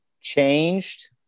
changed